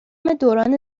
دوران